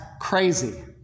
crazy